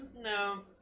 No